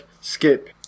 skip